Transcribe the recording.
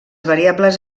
variables